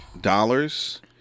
dollars